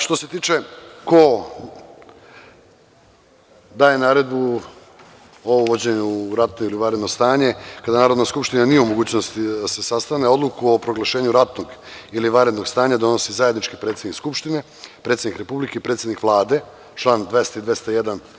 Što se tiče toga ko daje naredbu o uvođenju rata ili vanredno stanje, kada Narodna skupština nije u mogućnosti da se sastane, odluku o proglašenju rata ili vanrednog stanja donosi zajednički predsednik Skupštine, predsednik Republike i predsednik Vlade, član 200. i 201.